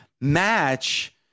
match